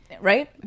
Right